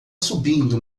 subindo